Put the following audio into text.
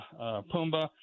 Pumbaa